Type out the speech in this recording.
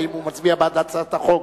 האם הוא מצביע בעד הצעת חוק